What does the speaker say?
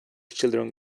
children